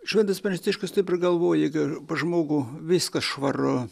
šventas pranciškus taip ir galvoja jeigu pas žmogų viskas švaru